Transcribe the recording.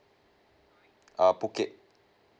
err phuket